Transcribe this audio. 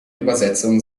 übersetzungen